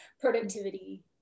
productivity